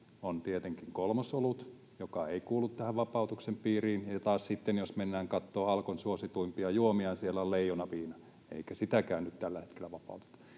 on tietenkin kolmosolut, joka ei kuulu tämän vapautuksen piiriin. Ja taas sitten, jos mennään katsomaan Alkon suosituimpia juomia, siellä on Leijona-viina, eikä sitäkään nyt tällä hetkellä vapauteta.